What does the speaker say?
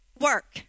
work